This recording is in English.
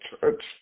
church